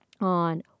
on